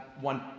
one